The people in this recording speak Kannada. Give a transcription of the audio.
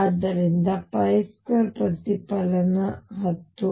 ಆದ್ದರಿಂದ 2 ಪ್ರತಿಫಲನ 10